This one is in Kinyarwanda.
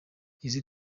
izi